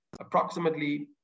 approximately